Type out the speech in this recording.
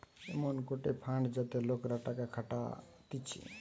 এমন গটে ফান্ড যাতে লোকরা টাকা খাটাতিছে